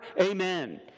Amen